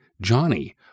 Johnny